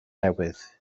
newydd